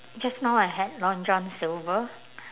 just now I had long john silver